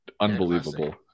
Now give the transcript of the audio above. Unbelievable